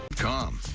com.